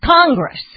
Congress